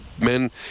men